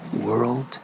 world